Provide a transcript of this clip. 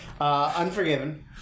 Unforgiven